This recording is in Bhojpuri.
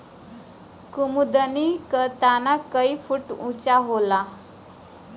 कुमुदनी क तना कई फुट ऊँचा होला